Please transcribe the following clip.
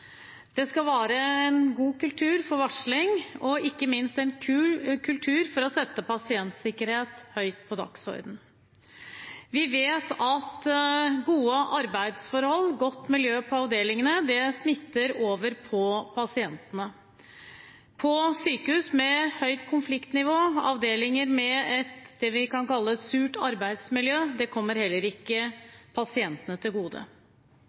Det skal være en god kultur for varsling og, ikke minst, en kultur for å sette pasientsikkerhet høyt på dagsordenen. Vi vet at gode arbeidsforhold og godt miljø på avdelingene smitter over på pasientene. Sykehus med høyt konfliktnivå – avdelinger med det vi kan kalle et surt arbeidsmiljø – kommer heller ikke pasientene til gode.